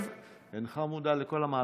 אינך מודע לכל המהלכים.